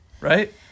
right